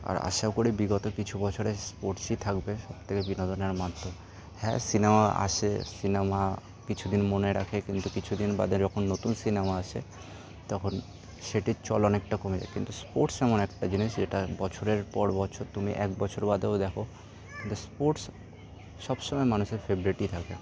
আর আশা করি বিগত কিছু বছরে স্পোর্টসই থাকবে সব থেকে বিনোদনের মাধ্যম হ্যাঁ সিনেমা আসে সিনেমা কিছু দিন মনে রাখে কিন্তু কিছু দিন বাদে যখন নতুন সিনেমা আসে তখন সেটির চল অনেকটা কমে যায় কিন্তু স্পোর্টস এমন একটা জিনিস যেটা বছরের পর বছর তুমি এক বছর বাদেও দেখো একটা স্পোর্টস সব সময় মানুষের ফেভারিটই থাকে